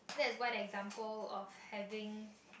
that is what example of having